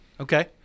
Okay